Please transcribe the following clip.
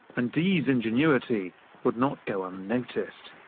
and dee's ingenuity would not go unnoticed.